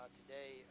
today